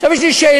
עכשיו יש לי שאלה: